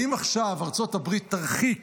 האם עכשיו ארצות הברית תרחיק